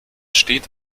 steht